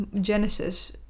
Genesis